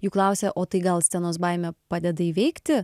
jų klausia o tai gal scenos baimę padeda įveikti